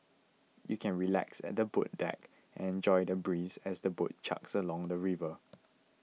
you can relax at the boat deck and enjoy the breeze as the boat chugs along the river